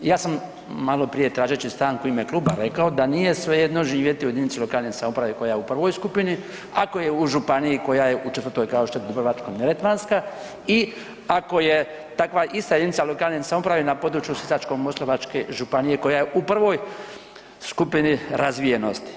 Ja sam maloprije tražeći stanku u ime kluba rekao da nije svejedno živjeti u jedinici lokalne samouprave koja je u I. skupini ako je u županiji koja je u IV. kao što je Dubrovačko-neretvanska i ako je takva ista jedinica lokalne samouprave na području Sisačko-moslavačke županije koja je u I. skupini razvijenosti.